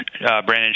Brandon